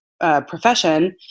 profession